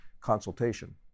consultation